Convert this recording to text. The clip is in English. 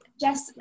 Jess